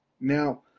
now